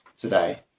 today